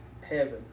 heaven